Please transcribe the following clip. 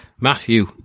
Matthew